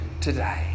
today